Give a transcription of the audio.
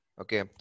Okay